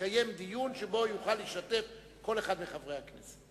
יתקיים דיון שבו יוכל להשתתף כל אחד מחברי הכנסת.